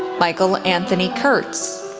michael anthony kurtz,